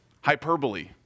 hyperbole